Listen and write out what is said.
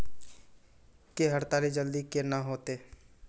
के केताड़ी जल्दी से के ना होते?